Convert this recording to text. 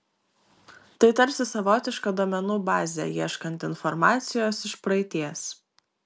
tai tarsi savotiška duomenų bazė ieškant informacijos iš praeities